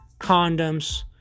condoms